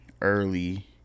early